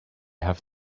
have